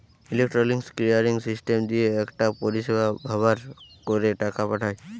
electronic clearing system দিয়ে একটা পরিষেবা ব্যাভার কোরে টাকা পাঠায়